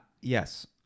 Yes